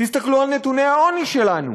תסתכלו על נתוני העוני שלנו.